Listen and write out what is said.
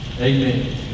amen